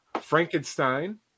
Frankenstein